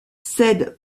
cèdent